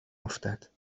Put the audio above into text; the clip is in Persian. افتد